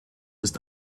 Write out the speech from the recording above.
ist